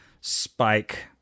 spike